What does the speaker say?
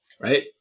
Right